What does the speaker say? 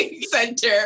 center